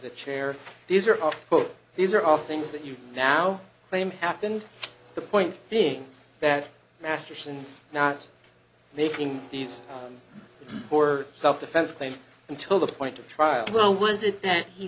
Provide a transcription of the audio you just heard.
the chair these are all these are all things that you now claim happened the point being that masterson's not making these poor self defense claim until the point of trial or was it that he